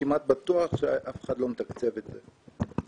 כמעט בטח שאף אחד לא מתקצב את זה.